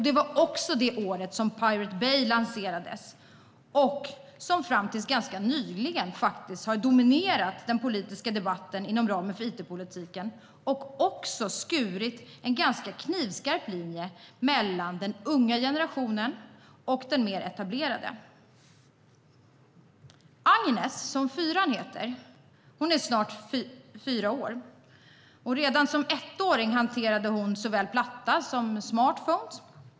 Det var också det år som Pirate Bay lanserades, och som fram till ganska nyligen faktiskt har dominerat den politiska debatten inom ramen för it-politiken och också skurit en ganska knivskarp linje mellan den unga generationen och den mer etablerade. Agnes, som mitt fjärde barn heter, är snart fyra år. Redan som ettåring hanterade hon såväl platta som smartphones.